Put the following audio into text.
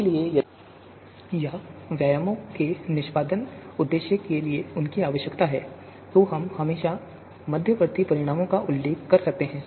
इसलिए यदि हमें अपने शोध उद्देश्य या व्यवसायों के निष्पादन उद्देश्य के लिए उनकी आवश्यकता है तो हम हमेशा मध्यवर्ती परिणामों का उल्लेख कर सकते हैं